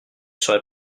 serai